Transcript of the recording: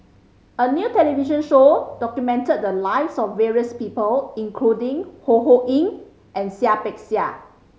a new television show documented the lives of various people including Ho Ho Ying and Seah Peck Seah